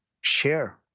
share